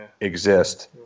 exist